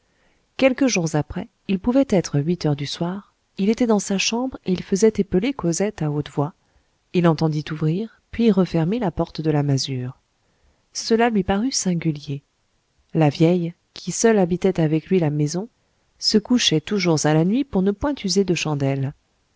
quelques jours après il pouvait être huit heures du soir il était dans sa chambre et il faisait épeler cosette à haute voix il entendit ouvrir puis refermer la porte de la masure cela lui parut singulier la vieille qui seule habitait avec lui la maison se couchait toujours à la nuit pour ne point user de chandelle